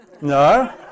No